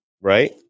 Right